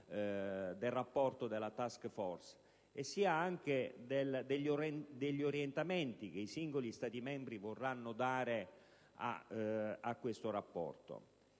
del rapporto della *task force*, sia degli orientamenti che i singoli Stati membri vorranno dare a questo rapporto.